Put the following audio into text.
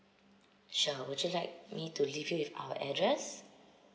sure will you like me to leave you with our address